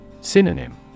Synonym